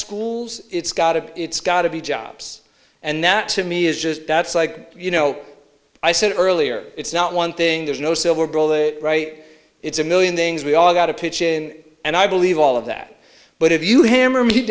schools it's got it it's got to be jobs and that to me is just that's like you know i said earlier it's not one thing there's no silver bullet it's a million things we all got to pitch in and i believe all of that but if you hammer me